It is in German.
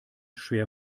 schwer